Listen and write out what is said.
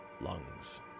Lungs